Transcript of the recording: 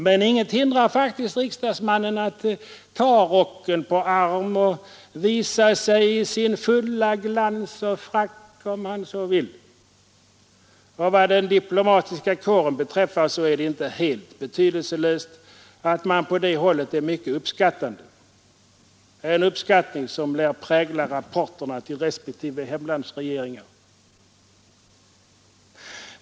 Men inget hindrar faktiskt riksdagsmannen att ta rocken på armen och visa sig i sin fulla glans och frack om han så vill. Och vad den diplomatiska kåren beträffar så är det inte helt betydelselöst att man på det hållet är mycket uppskattande — en uppskattning som lär prägla rapporterna till respektive hemlandsregeringar.